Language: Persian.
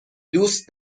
دوست